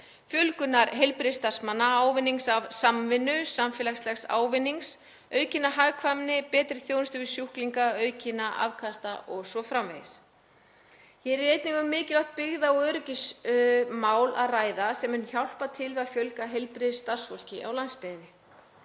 fjölgunar heilbrigðisstarfsmanna, ávinnings af samvinnu, samfélagslegs ávinnings, aukinnar hagkvæmni, betri þjónustu við sjúklinga, aukinna afkasta o.s.frv. Hér er einnig um mikilvægt byggða- og öryggismál að ræða sem mun hjálpa til við að fjölga heilbrigðisstarfsfólki á landsbyggðinni.